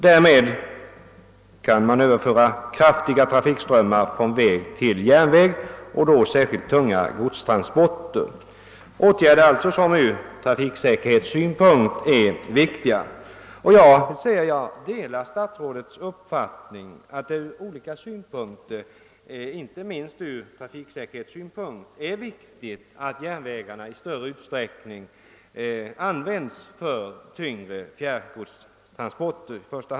Härigenom kan man överföra de kraftiga trafikströmmarna från landsväg till järnväg och då särskilt tunga godstransporter, alltså åtgärder som från trafiksäkerhetssynpunkt är viktiga. Jag delar statsrådets uppfattning att det inte minst från trafiksäkerhetssynpunkt är viktigt att järnvägarna i större utsträckning används för i första hand tyngre fjärrgodstransporter.